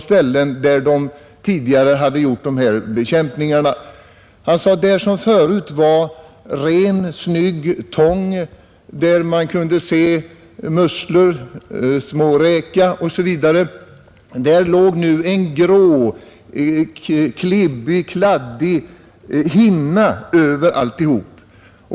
Han sade att där det förut varit ren och snygg tång och man kunnat se musslor, småräkor osv. låg nu en grå och klibbig hinna över alltihop.